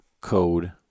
code